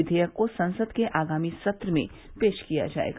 विधेयक को संसद के आगामी सत्र में पेश किया जाएगा